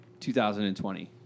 2020